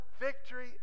victory